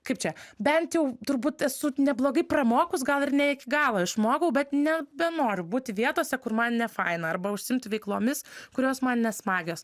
kaip čia bent jau turbūt esu neblogai pramokus gal ir ne iki galo išmokau bet nebenoriu būti vietose kur man nefaina arba užsiimti veiklomis kurios man nesmagios